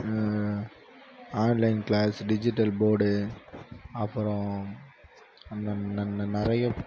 online class digital board அப்புறம் நிறைய